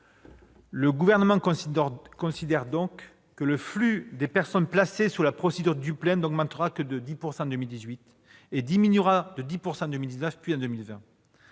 Le Gouvernement considère que le flux des personnes placées sous la procédure Dublin n'augmentera que de 10 % en 2018 et diminuera de 10 % en 2019 puis en 2020.